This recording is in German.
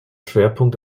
schwerpunkt